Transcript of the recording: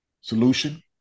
solution